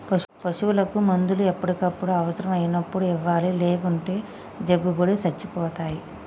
పశువులకు మందులు ఎప్పటికప్పుడు అవసరం అయినప్పుడు ఇవ్వాలి లేకుంటే జబ్బుపడి సచ్చిపోతాయి